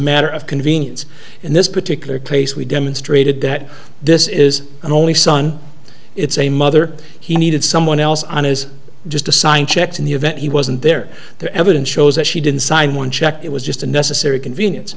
matter of convenience in this particular case we demonstrated that this is an only son it's a mother he needed someone else on is just a sign checks in the event he wasn't there the evidence shows that she didn't sign one check it was just a necessary convenience